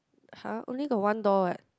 har only got one door what